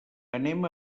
anem